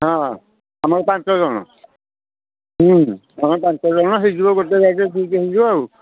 ହଁ ଆମର ପାଞ୍ଚଜଣ ଆମର ପାଞ୍ଚଜଣ ହେଇଯିବ ଗୋଟେ ଗାଡ଼ିରେ ଠିକ୍ ହେଇଯିବ ଆଉ